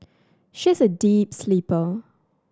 she is a deep sleeper